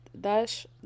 dash